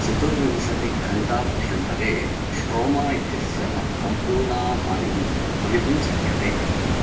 चतुर्विंशतिघण्टाभ्यन्तरे stroma इत्यस्य सम्पूर्णा हानिः भवितुं शक्यते